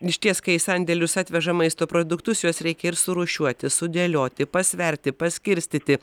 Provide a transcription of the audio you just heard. išties kai į sandėlius atveža maisto produktus juos reikia ir surūšiuoti sudėlioti pasverti paskirstyti